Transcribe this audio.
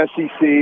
SEC